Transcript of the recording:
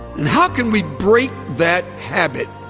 and how can we break that habit